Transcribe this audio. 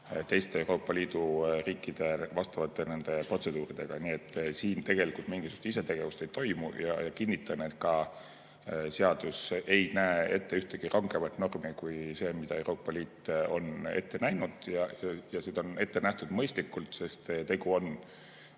teiste Euroopa Liidu riikide vastavate protseduuridega. Nii et siin mingisugust isetegevust ei toimu. Kinnitan, et ka seadus ei näe ette ühtegi rangemat normi kui see, mida Euroopa Liit on ette näinud. See on ette nähtud mõistlikult, sest teatud